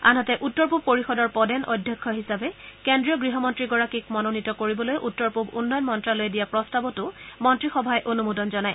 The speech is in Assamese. আনহাতে উত্তৰ পূব পৰিষদৰ পদেন অধ্যক্ষ হিচাপে কেন্দ্ৰীয় গৃহমন্ত্ৰীগৰাকীক মনোনীত দিবলৈ উত্তৰ পূব উন্নয়ন মন্ত্ৰালয়ে দিয়া প্ৰস্তাৱতো মন্ত্ৰীসভাই অনুমোদন জনায়